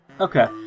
Okay